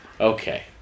Okay